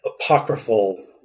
Apocryphal